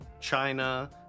China